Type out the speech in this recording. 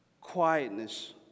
quietness